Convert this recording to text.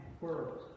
world